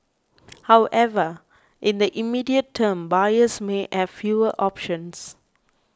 however in the immediate term buyers may have fewer options